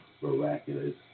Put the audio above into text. miraculous